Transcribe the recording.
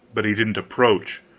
but he didn't approach.